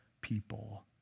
people